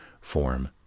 form